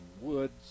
woods